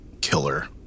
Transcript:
killer